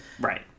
Right